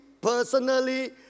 personally